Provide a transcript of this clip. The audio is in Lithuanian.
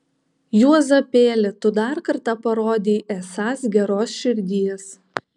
juozapėli tu dar kartą parodei esąs geros širdies